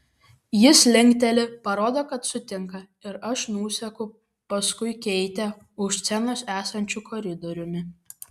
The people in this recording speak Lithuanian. jis linkteli parodo kad sutinka ir aš nuseku paskui keitę už scenos esančiu koridoriumi